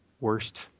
worst